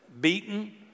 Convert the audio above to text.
beaten